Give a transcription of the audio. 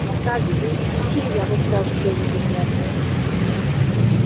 সরকার বিচ্ছিরি ব্যবস্তা করে রেখেছে একদম